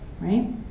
right